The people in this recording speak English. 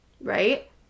right